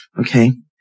okay